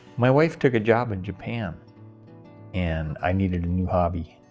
my wife took a job in japan and i needed new hobby.